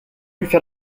faire